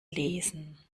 lesen